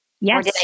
Yes